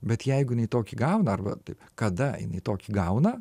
bet jeigu jinai tokį gauna arba taip kada jinai tokį gauna